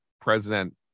president